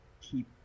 keep